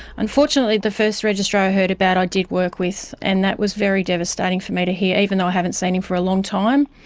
unfortunately the first registrar i heard about i did work with, and that was very devastating for me to hear, even though i haven't seen him for a long time.